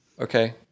okay